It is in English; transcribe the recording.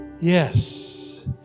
Yes